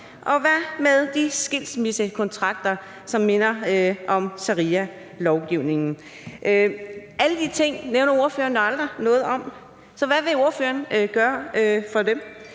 Og hvad med de skilsmissekontrakter, som minder om sharialovgivning? Alle de ting nævner ordføreren da aldrig noget om, så hvad vil ordføreren gøre i forhold